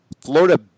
Florida –